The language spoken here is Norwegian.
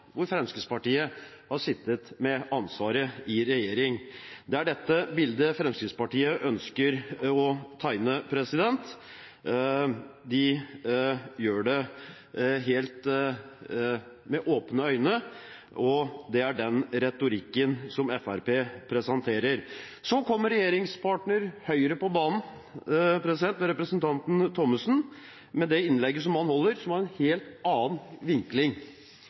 Fremskrittspartiet har sittet med ansvaret i regjering. Det er dette bildet Fremskrittspartiet ønsker å tegne. De gjør det helt med åpne øyne. Det er den retorikken Fremskrittspartiet presenterer. Så kommer regjeringspartner Høyre, ved representanten Thommessen, på banen med det innlegget han holder, som har en helt annen vinkling.